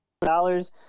dollars